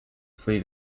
flee